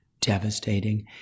devastating